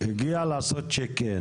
הגיע אדם לעשות צ'ק אין